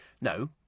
No